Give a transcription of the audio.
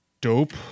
dope